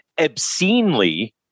obscenely